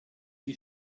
die